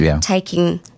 taking